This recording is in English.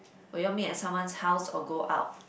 will you all meet at someone's house or go out